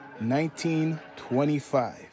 1925